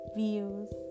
views